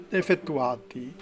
effettuati